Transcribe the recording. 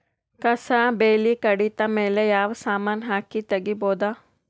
ಕಸಾ ಬೇಲಿ ಕಡಿತ ಮೇಲೆ ಯಾವ ಸಮಾನ ಹಾಕಿ ತಗಿಬೊದ?